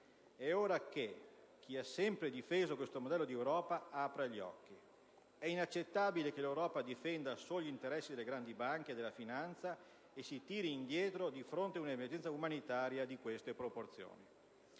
È ora che chi ha sempre difeso questo modello di Europa apra gli occhi. È inaccettabile che l'Europa difenda solo gli interessi delle grandi banche e della finanza e si tiri indietro di fronte a un'emergenza umanitaria di queste proporzioni.